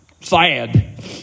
sad